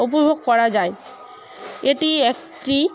উপভোগ করা যায় এটি একটি